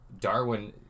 Darwin